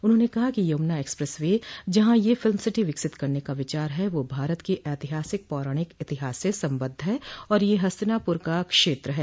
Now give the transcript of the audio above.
उन्होंने कहा कि यमुना एक्सप्रेस वे जहां यह फिल्म सिटी विकसित करने का विचार है वह भारत के ऐतिहासिक पौराणिक इतिहास से संबद्ध है और यह हस्तिनापुर का क्षेत्र है